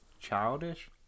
childish